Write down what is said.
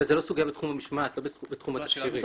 זו לא סוגיה בתחום המשמעת, לא בתחום התקש"יר.